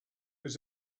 was